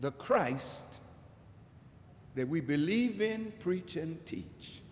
the christ that we believe in preach and teach